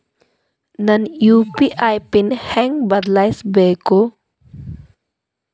ನನ್ನ UPI PIN ಹೆಂಗ್ ಬದ್ಲಾಯಿಸ್ಬೇಕು?